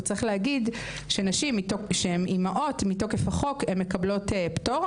וצריך להגיד שנשים שהן אימהות- מתוקף החוק הן מקבלות פטור.